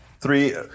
Three